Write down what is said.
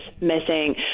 missing